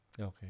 okay